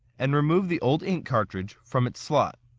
and remove the old ink cartridge from it's slot.